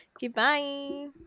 Goodbye